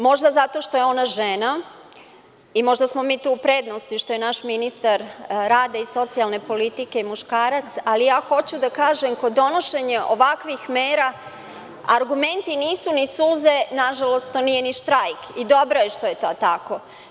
Možda zato što je ona žena i možda smo mi tu u prednosti što je naš ministar rada iz socijalne politike muškarac, ali ja hoću da kažem kod donošenja ovakvih mera argumenti nisu ni suze, nažalost, to nije ni štrajk i dobro je što je to tako.